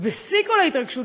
ובשיא כל ההתרגשות,